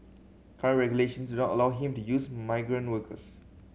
current regulations do not allow him to use migrant workers